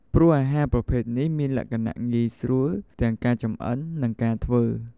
ព្រោះអាហារប្រភេទនេះមានលក្ខណៈងាយស្រួលទាំងការចម្អិននិងការធ្វើ។